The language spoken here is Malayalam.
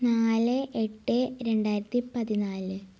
നാല് എട്ട് രണ്ടായിരത്തി പതിനാല്